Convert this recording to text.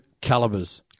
calibers